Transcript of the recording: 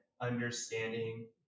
understanding